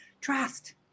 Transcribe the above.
Trust